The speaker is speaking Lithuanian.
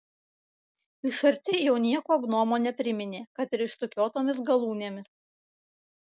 iš arti jau niekuo gnomo nepriminė kad ir išsukiotomis galūnėmis